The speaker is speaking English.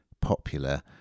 popular